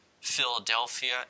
Philadelphia